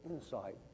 insight